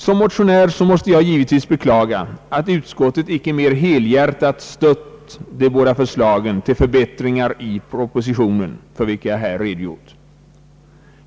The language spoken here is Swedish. Som motionär måste jag givetvis beklaga att utskottet icke mer helbjärtat stött de båda förslagen till förbättringar i propositionen, för vilka jag här redogjort.